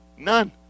None